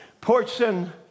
Portion